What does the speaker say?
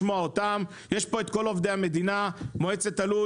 את כל עובדי המדינה ומועצת הלול,